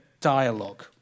dialogue